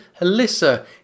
Alyssa